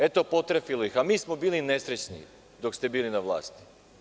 Eto, potrefilo ih, a mi smo bili nesrećni, dok ste bili na vlasti.